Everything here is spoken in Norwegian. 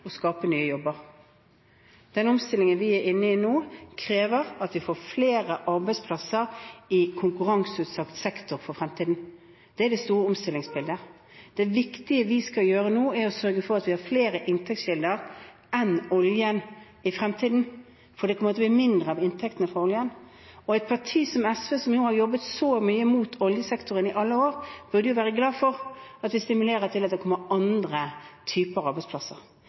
nå, krever at vi får flere arbeidsplasser i konkurranseutsatt sektor for fremtiden. Det er det store omstillingsbildet. Det viktige vi skal gjøre nå, er å sørge for at vi har flere inntektskilder enn oljen i fremtiden, for det kommer til å bli mindre av inntektene fra oljen. Et parti som SV, som har jobbet så mye imot oljesektoren i alle år, burde jo være glad for at vi stimulerer til at det kommer andre typer arbeidsplasser.